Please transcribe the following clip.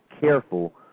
careful